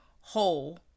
whole